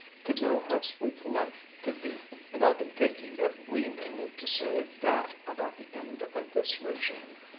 could know how sweet life could be and i've been thinking that we may live to say that about the end of this regime.